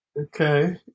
Okay